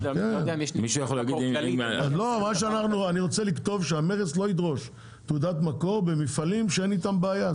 אני רוצה לקבוע שהמכס לא ידרוש תעודת מקור ממפעלים שאין איתם בעיה.